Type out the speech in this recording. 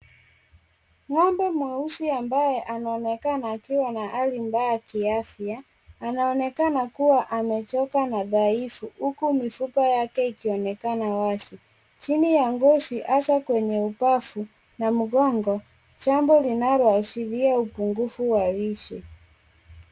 Ngombe mweusi ambaye anaonekana akiwa na hali mbaya kiafya, anaonekana kuwa amechoka na dhaifu huku mifupa yake ikionekana wazi chini ya ngozi hasa kwenye upavu na mgongo jambo linaloashiria upunguvu wa lishe.